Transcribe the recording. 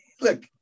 look